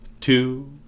Two